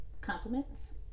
Compliments